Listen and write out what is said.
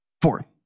Four